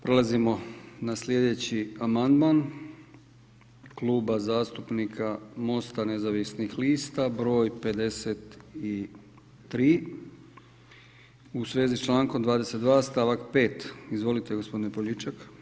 Prelazimo na sljedeći amandman Kluba zastupnika Mosta nezavisnih lista broj 53 u svezi s člankom 22. stavak 5. Izvolite gospodine Poljičak.